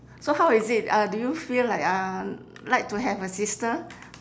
so how is it uh do you feel like uh like to have a sister